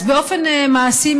אז באופן מעשי,